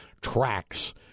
tracks